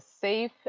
safe